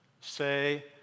say